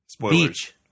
Beach